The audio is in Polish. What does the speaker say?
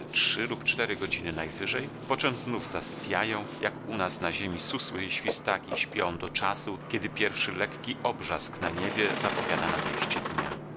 trzy lub cztery godziny najwyżej poczem znów zasypiają jak u nas na ziemi susły i świstaki śpią do czasu kiedy pierwszy lekki obrzask na niebie zapowiada nadejście dnia